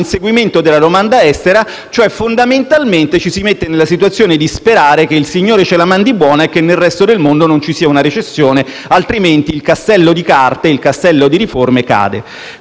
all'inseguimento della domanda estera, e cioè fondamentalmente ci si mette nella condizione di sperare che il Signore ce la mandi buona e che nel resto del mondo non ci sia una recessione, altrimenti il castello di carte, il castello di riforme cade.